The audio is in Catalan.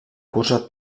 cursa